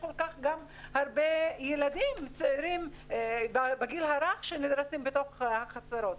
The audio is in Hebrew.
גם כל כך הרבה ילדים וצעירים בגיל הרך שנדרסים בתוך החצרות.